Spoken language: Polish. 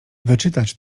wyczytać